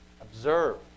observe